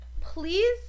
please